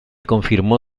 confirmó